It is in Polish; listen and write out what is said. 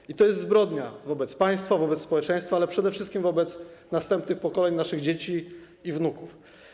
I to jest zbrodnia wobec państwa, wobec społeczeństwa, ale przede wszystkim wobec następnych pokoleń, naszych dzieci i wnuków.